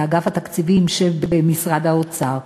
באגף התקציבים של משרד האוצר,